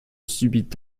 subit